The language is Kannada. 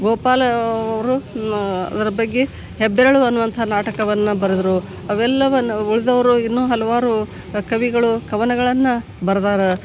ಗೋಪಾಲ ಅವರು ಅದ್ರ ಬಗ್ಗೆ ಹೆಬ್ಬೆರಳು ಅನ್ನುವಂತಹ ನಾಟಕವನ್ನು ಬರೆದ್ರು ಅವೆಲ್ಲವನ್ನು ಉಳಿದವ್ರು ಇನ್ನೂ ಹಲವಾರು ಕವಿಗಳು ಕವನಗಳನ್ನು ಬರೆದಾರ